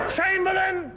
Chamberlain